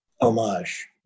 homage